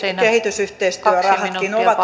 kehitysyhteistyörahatkin ovat